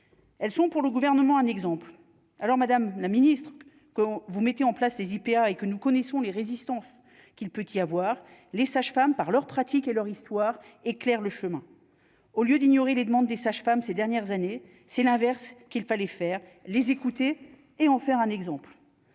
Elles sont pour le gouvernement un exemple alors Madame la Ministre, qu'on vous mettez en place les IPA et que nous connaissons les résistances qu'il peut y avoir les sages-femmes par leur pratique et leur histoire éclaire le chemin au lieu d'ignorer les demandes des sages-femmes, ces dernières années, c'est l'inverse qu'il fallait faire les écouter et en faire un exemple.